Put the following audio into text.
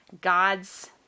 God's